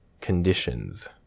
conditions